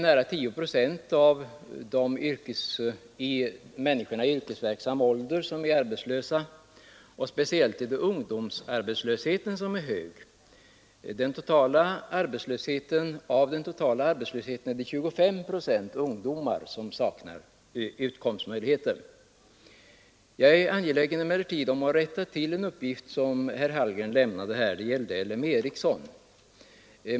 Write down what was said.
Nära 10 procent av människorna i yrkesverksam ålder finns i dag utanför den reguljära arbetsmarknaden och speciellt är ungdomsarbetslösheten hög. Av det totala antalet arbetslösa är 25 procent ungdomar. Jag är emellertid angelägen om att rätta till en uppgift som herr Hallgren lämnade här beträffande L M Ericsson.